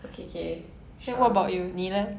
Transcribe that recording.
okay kay sure